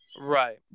Right